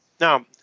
Now